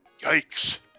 Yikes